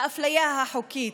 האפליה החוקית,